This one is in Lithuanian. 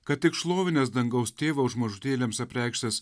kad tik šlovinęs dangaus tėvą už mažutėliams apreikštas